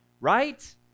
right